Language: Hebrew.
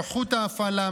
נוחות ההפעלה,